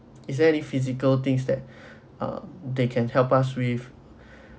is there any physical things that uh they can help us with